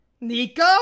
Nico